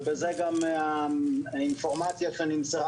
ובזה גם האינפורמציה שנמסרה